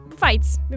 fights